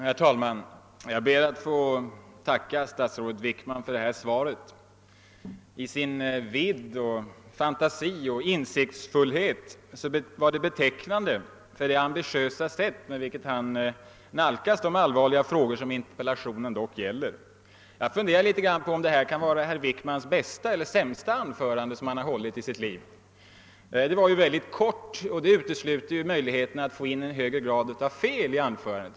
Herr talman! Jag ber att få tacka statsrådet Wickman för detta svar. I sin vidd och fantasi och insiktsfullhet är svaret betecknande för det ambitiösa sätt på vilket statsrådet nalkas de allvarliga frågor som interpellationen gäller. Jag har funderat litet över om detta svar kan sägas vara statsrådet Wickmans bästa eller sämsta anförande han hållit i sitt liv. Det är mycket kort, och det utesluter ju möjligheterna att få med något större antal felaktigheter i anförandet.